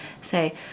say